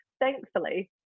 thankfully